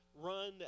run